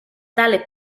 tale